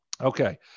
Okay